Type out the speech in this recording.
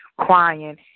crying